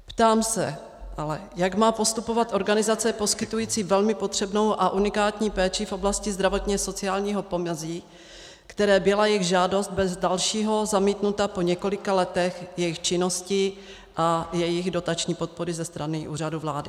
Ptám se ale, jak má postupovat organizace poskytující velmi potřebnou a unikátní péči v oblasti zdravotněsociálního pomezí, které byla její žádost bez dalšího zamítnuta po několika letech její činnosti a její dotační podpory ze strany Úřadu vlády.